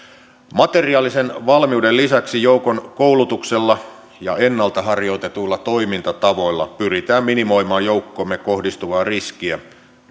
materiaalisen valmiuden lisäksi joukon koulutuksella ja ennalta harjoitetuilla toimintatavoilla pyritään minimoimaan joukkoihimme kohdistuvaa riskiä